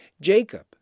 Jacob